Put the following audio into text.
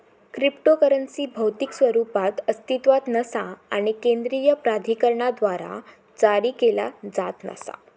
cryptocurrency भौतिक स्वरूपात अस्तित्वात नसा आणि केंद्रीय प्राधिकरणाद्वारा जारी केला जात नसा